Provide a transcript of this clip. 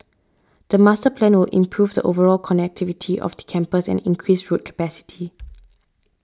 the master plan will improve the overall connectivity of the campus and increase road capacity